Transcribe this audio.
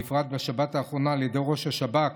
בפרט בשבת האחרונה על ידי ראש השב"כ